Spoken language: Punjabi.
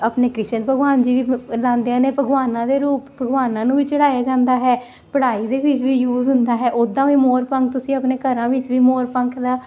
ਆਪਣੇ ਕ੍ਰਿਸ਼ਨ ਭਗਵਾਨ ਜੀ ਵੀ ਲਾਉਂਦੇ ਨੇ ਭਗਵਾਨਾਂ ਦੇ ਰੂਪ ਭਗਵਾਨਾ ਨੂੰ ਵੀ ਚੜਾਇਆ ਜਾਂਦਾ ਹੈ ਪੜ੍ਹਾਈ ਦੇ ਵਿੱਚ ਵੀ ਯੂਜ ਹੁੰਦਾ ਹੈ ਉਦਾਂ ਵੀ ਮੋਰ ਪੰਖ ਤੁਸੀਂ ਆਪਣੇ ਘਰਾਂ ਵਿੱਚ ਵੀ ਮੋਰ ਪੰਖ ਦਾ